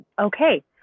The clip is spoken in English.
okay